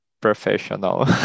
professional